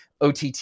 OTT